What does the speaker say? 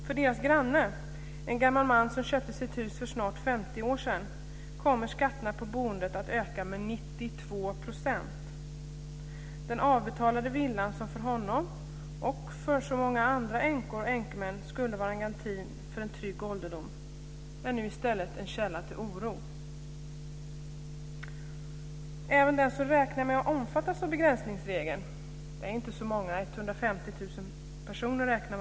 För deras granne, en gammal man som köpte sitt hus för snart 50 år sedan, kommer skatterna på boendet att öka med 92 %. Den avbetalade villan, som för honom och för så många andra änkemän och änkor skulle vara en garanti för en trygg ålderdom, är nu i stället en källa till oro. De som kommer att omfattas av begränsningsregeln är inte så många. Man räknar med att det är 150 000 personer.